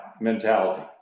mentality